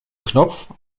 knopf